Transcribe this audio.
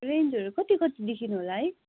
रेन्जहरू कति कतिदेखि होला है